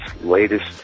latest